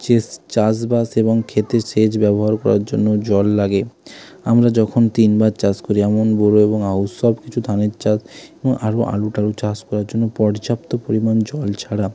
chess চাষবাস এবং ক্ষেতে সেচ ব্যবহার করার জন্য জল লাগে আমরা যখন তিনবার চাষ করি আমন বোরো এবং আউশ সব কিছু ধানের চাষ এবং আরও আলু টালু চাষ করার জন্য পর্যাপ্ত পরিমাণ জল ছাড়া